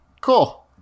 Cool